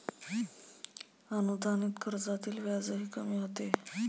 अनुदानित कर्जातील व्याजही कमी होते